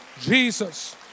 Jesus